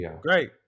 Great